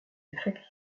affectent